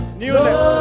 newness